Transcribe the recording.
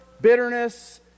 bitterness